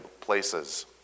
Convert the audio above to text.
places